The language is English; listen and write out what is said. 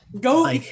Go